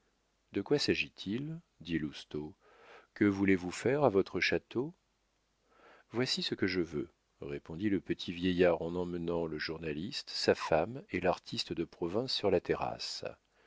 de quoi sagit t il dit lousteau que voulez-vous faire à votre château voici ce que je veux répondit le petit vieillard en emmenant le journaliste sa femme et l'artiste de province sur la terrasse